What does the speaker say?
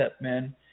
man